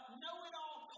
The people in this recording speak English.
know-it-all